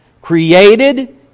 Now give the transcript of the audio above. created